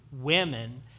women